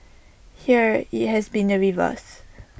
here IT has been the reverse